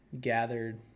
gathered